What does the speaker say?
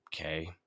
okay